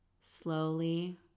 slowly